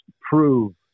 prove